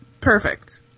perfect